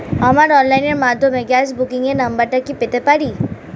আমার অনলাইনের মাধ্যমে গ্যাস বুকিং এর নাম্বারটা কি পেতে পারি?